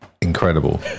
incredible